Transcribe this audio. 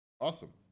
Awesome